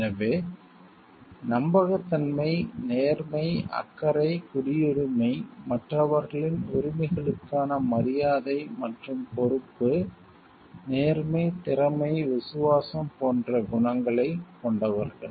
எனவே நம்பகத்தன்மை நேர்மை அக்கறை குடியுரிமை மற்றவர்களின் உரிமைகளுக்கான மரியாதை மற்றும் பொறுப்பு நேர்மை திறமை விசுவாசம் போன்ற குணங்களைக் கொண்டவர்கள்